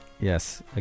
Yes